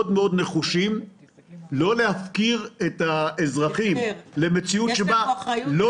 נחושים שלא להפקיר את האזרחים למציאות שבה גם לא